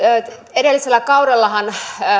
edellisellä kaudellahan